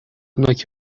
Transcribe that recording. نوک